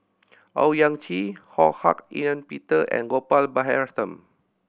Owyang Chi Ho Hak Ean Peter and Gopal Baratham